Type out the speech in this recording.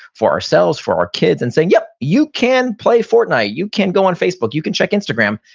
for ourselves, for our kids, and saying, yep. you can play fortnite, you can go on facebook, you can check instagram,